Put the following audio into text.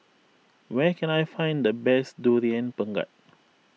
where can I find the best Durian Pengat